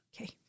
okay